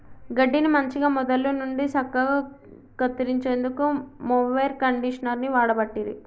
గడ్డిని మంచిగ మొదళ్ళ నుండి సక్కగా కత్తిరించేందుకు మొవెర్ కండీషనర్ని వాడబట్టిరి